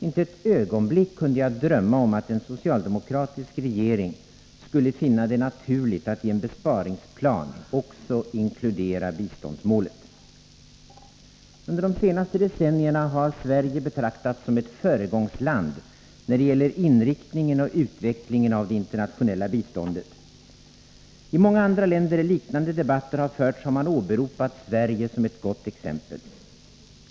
Inte ett ögonblick kunde jag drömma om att en socialdemokratisk regering skulle finna det naturligt att i en besparingsplan också inkludera biståndsmålet. Under de senaste decennierna har Sverige betraktats som ett föregångsland när det gäller inriktningen och utvecklingen av det internationella biståndet. I många andra länder, där liknande debatter har förts, har man åberopat Sverige som ett gott exempel.